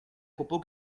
propos